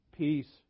Peace